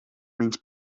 menys